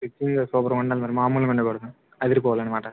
stitching సూపర్గా ఉండాలి మరి మాములుగా ఉండకూడదు అదిరి పోవాలన్నమాట